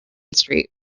street